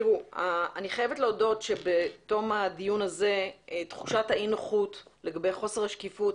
חייבת להודות שבתום הדיון הזה תחושת אי הנוחות לגבי חוסר השקיפות